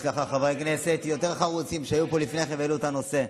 יש לך חברי כנסת יותר חרוצים שהיו פה לפני כן והעלו את הנושא.